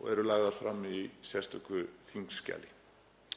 og eru lagðar fram í sérstöku þingskjali.